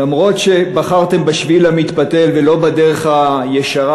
למרות שבחרתם בשביל המתפתל ולא בדרך הישרה,